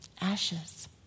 ashes